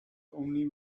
only